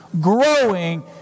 growing